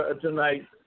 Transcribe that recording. tonight